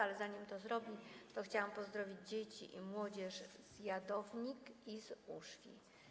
Ale zanim to zrobi, chciałabym pozdrowić dzieci i młodzież z Jadownik i z Uszwi.